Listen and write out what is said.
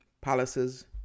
palaces